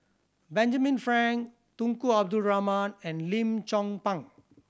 Benjamin Frank Tunku Abdul Rahman and Lim Chong Pang